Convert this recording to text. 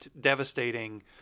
devastating